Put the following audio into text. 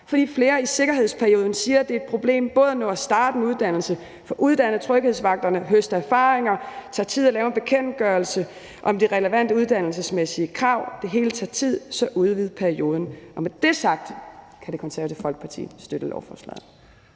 For flere siger, at det i forsøgsperioden er et problem både at nå at starte en uddannelse, få uddannet tryghedsvagterne, høste erfaringer. Det tager tid at lave en bekendtgørelse om de relevante uddannelsesmæssige krav. Det hele tager tid, så udvid perioden. Med dét sagt kan Det Konservative Folkeparti støtte lovforslaget.